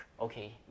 okay